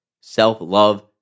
self-love